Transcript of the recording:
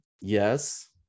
Yes